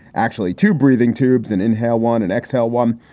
actually two breathing tubes and inhale one and exhale one.